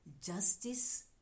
justice